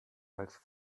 als